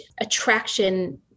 attraction